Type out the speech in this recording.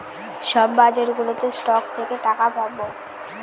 সব বাজারগুলোতে স্টক থেকে টাকা পাবো